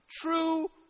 True